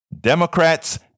Democrats